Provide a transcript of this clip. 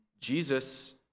Jesus